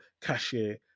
cashier